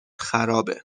خرابه